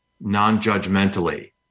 non-judgmentally